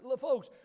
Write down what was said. Folks